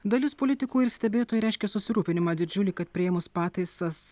dalis politikų ir stebėtojų reiškė susirūpinimą didžiulį kad priėmus pataisas